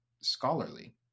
scholarly